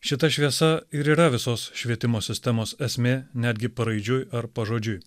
šita šviesa ir yra visos švietimo sistemos esmė netgi paraidžiui ar pažodžiui